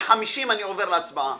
ב-9:50 אני עובר להצביע.